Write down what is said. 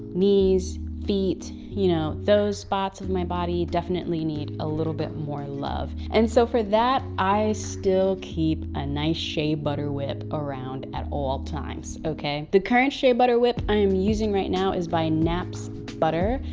knees, feet. you know those parts of my body definitely need a little bit more love. and so for that i still keep a nice shea butter whip around at all times, okay. the current shea butter whip i'm using right now is by naps butter.